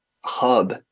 hub